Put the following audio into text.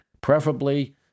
Preferably